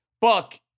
Buck